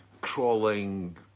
crawling